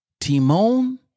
Timon